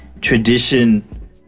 Tradition